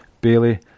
Bailey